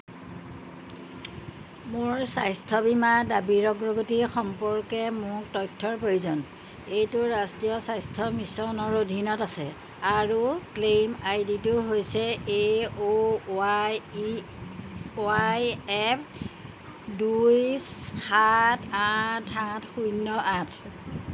মোৰ স্বাস্থ্য বীমা দাবীৰ অগ্ৰগতি সম্পৰ্কে মোক তথ্যৰ প্ৰয়োজন এইটো ৰাষ্ট্ৰীয় স্বাস্থ্য মিছনৰ অধীনত আছে আৰু ক্লেইম আই ডিটো হৈছে এ অ' ৱাই এফ দুই সাত আঠ সাত শূন্য আঠ